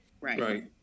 Right